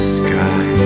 sky